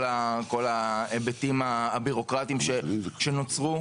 כל ההיבטים הבירוקרטים שנוצרו,